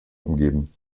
umgeben